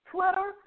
Twitter